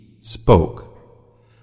spoke